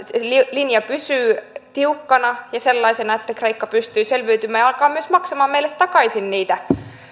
linja pysyy tiukkana ja sellaisena että kreikka pystyy selviytymään ja alkaa myös maksamaan meille takaisin niitä